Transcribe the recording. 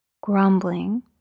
Grumbling